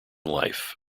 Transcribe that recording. life